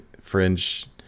Fringe